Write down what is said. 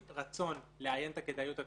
מהרצון לאיין את הכדאיות הכלכלית,